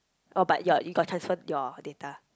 oh but your you got transfer your data